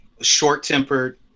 short-tempered